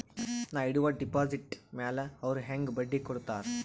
ನಾ ಇಡುವ ಡೆಪಾಜಿಟ್ ಮ್ಯಾಲ ಅವ್ರು ಹೆಂಗ ಬಡ್ಡಿ ಕೊಡುತ್ತಾರ?